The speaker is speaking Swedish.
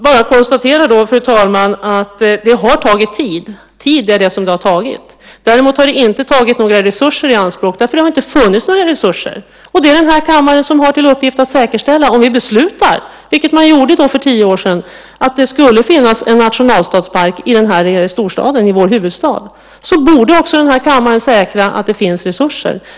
Fru talman! Jag bara konstaterar att det har tagit tid. Tid är vad som tagits. Däremot har inte några resurser tagits i anspråk just därför att det inte har funnits några resurser. Det är denna kammare som har i uppgift att - om vi fattar ett beslut, vilket vi gjorde för tio år sedan - säkerställa att det finns en nationalstadspark i denna storstad, i vår huvudstad. Då borde också kammaren säkra att det finns resurser.